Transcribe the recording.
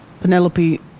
Penelope